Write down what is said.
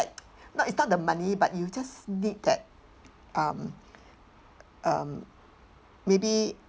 not is not the money but you just need that um um maybe